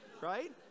right